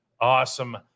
awesome